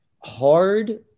hard